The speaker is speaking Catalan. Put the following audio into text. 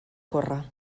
córrer